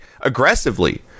Aggressively